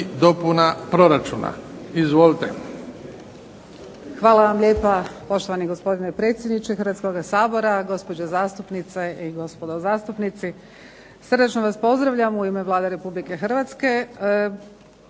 Jadranka (HDZ)** Hvala vam lijepa. Poštovani gospodine predsjedniče Hrvatskog sabora, gospođo zastupnice i gospodo zastupnici. Srdačno vas pozdravljam u ime Vlade Republike Hrvatske.